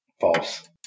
False